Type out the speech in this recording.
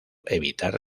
evitar